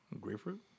grapefruit